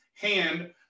hand